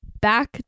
back